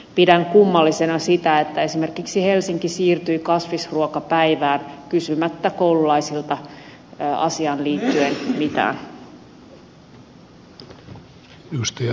pidän kummallisena sitä että esimerkiksi helsinki siirtyi kasvisruokapäivään kysymättä koululaisilta asiaan liittyen mitään